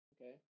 okay